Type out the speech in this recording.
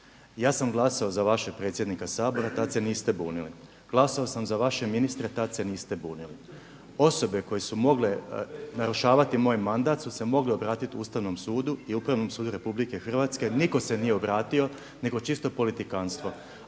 Ja sam glasovao za vašeg predsjednika Sabora, tad se niste bunili. Glasovao sam za vaše ministre, tad se niste bunili. Osobe koje su mogle narušavati moj mandat su se mogli obratiti Ustavnom sudu i Upravnom sudu Republike Hrvatske. Nitko se nije obratio nego čisto politikantstvo.